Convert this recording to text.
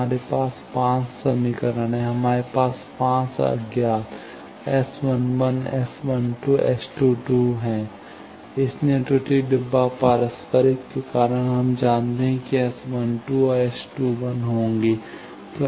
हमारे पास 5 समीकरण हैं हमारे पास 5 अज्ञात S 11 ⋅ S 12⋅ S 22⋅ हैं इसलिए त्रुटि डब्बा पारस्परिकता के कारण हम जानते हैं कि S 12 और S 2 1 समान होंगे